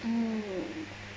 mm